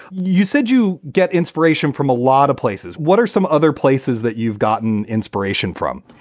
you said you get inspiration from a lot of places. what are some other places that you've gotten inspiration from?